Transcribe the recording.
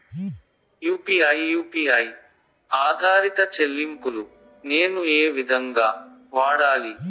UPI U P I ఆధారిత చెల్లింపులు నేను ఏ విధంగా వాడాలి?